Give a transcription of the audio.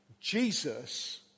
Jesus